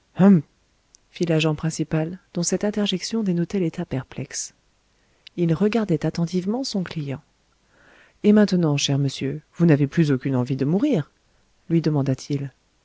fit l'agent principal dont cette interjection dénotait l'état perplexe il regardait attentivement son client et maintenant cher monsieur vous n'avez plus aucune envie de mourir lui demanda-t-il